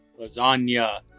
Lasagna